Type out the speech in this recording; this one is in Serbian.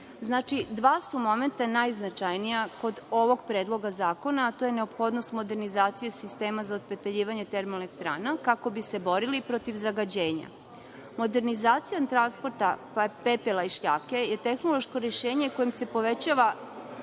Znači, dva su momenta najznačajnija kod ovog predloga zakona, a to je neophodnost modernizacije sistema za otpepeljivanje termoelektrana kako bi se borili protiv zagađenja. Modernizacijom transporta, pepela i šljake je tehnološko rešenje kojim se povećava